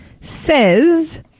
Says